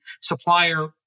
supplier